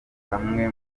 bamwe